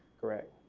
correct.